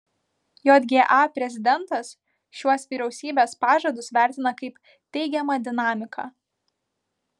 jga prezidentas šiuos vyriausybės pažadus vertina kaip teigiamą dinamiką